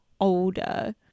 older